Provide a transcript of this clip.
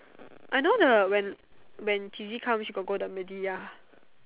I know the when when cheesy come she got go the media ya